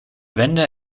wende